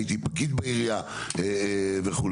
הייתי פקיד בעירייה וכו'.